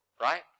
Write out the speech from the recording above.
right